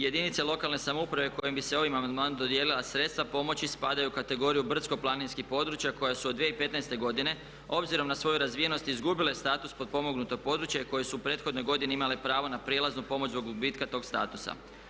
Jedinice lokalne samouprave kojima bi se ovim amandmanom dodijelila sredstva pomoći spadaju u kategoriju brdsko-planinskih područja koja su od 2015. godine obzirom na svoju razvijenost izgubile status potpomognutog područja i koje su u prethodnoj godini imale pravo na prijelaznu pomoć zbog gubitka tog statusa.